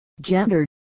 gender